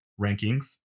rankings